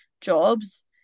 jobs